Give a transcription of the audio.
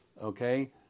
okay